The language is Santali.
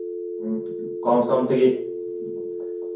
ᱠᱚᱢ ᱥᱚᱢ ᱛᱮᱜᱮ